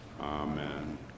amen